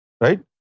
right